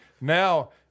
Now